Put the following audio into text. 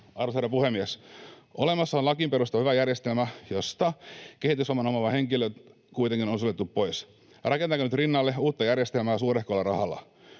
Arvoisa herra puhemies! Olemassa on lakiin perustuva hyvä järjestelmä, josta kehitysvamman omaava henkilö kuitenkin on suljettu pois. Rakennetaanko nyt rinnalle uutta järjestelmää suurehkolla rahalla?